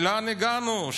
לאן הגענו?